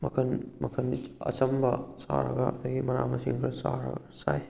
ꯃꯈꯜ ꯃꯈꯜ ꯑꯆꯝꯕ ꯆꯥꯔꯒ ꯑꯗꯨꯗꯒꯤ ꯃꯅꯥ ꯃꯁꯤꯡ ꯈꯔ ꯆꯥꯔꯒ ꯆꯥꯏ